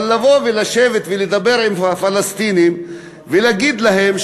אבל לבוא ולשבת ולדבר עם הפלסטינים ולהגיד להם: